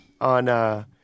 on